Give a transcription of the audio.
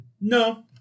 No